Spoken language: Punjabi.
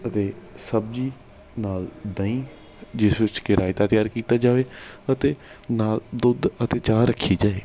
ਅਤੇ ਸਬਜ਼ੀ ਨਾਲ ਦਹੀਂ ਜਿਸ ਵਿੱਚ ਕਿ ਰਾਇਤਾ ਤਿਆਰ ਕੀਤਾ ਜਾਵੇ ਅਤੇ ਨਾਲ ਦੁੱਧ ਅਤੇ ਚਾਹ ਰੱਖੀ ਜਾਏ